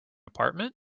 apartment